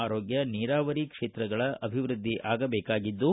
ಆರೋಗ್ಯ ನೀರಾವರಿ ಕ್ಷೇತ್ರಗಳ ಅಭಿವೃದ್ದಿ ಆಗಬೇಕಾಗಿದ್ದು